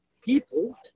people